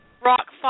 Rock